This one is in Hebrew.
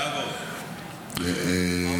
בראבו, כל הכבוד.